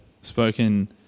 spoken